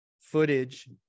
footage